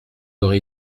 aurez